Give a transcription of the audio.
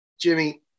Jimmy